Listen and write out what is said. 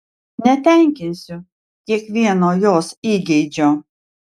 netenkinsiu kiekvieno jos įgeidžio